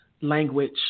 language